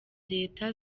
leta